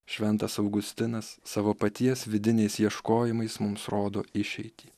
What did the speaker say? šventas augustinas savo paties vidiniais ieškojimais mums rodo išeitį